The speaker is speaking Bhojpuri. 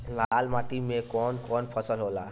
लाल माटी मे कवन कवन फसल होला?